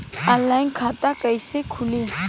Online खाता कइसे खुली?